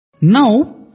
Now